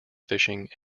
fishing